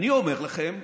אני אומר לכם: